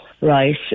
Right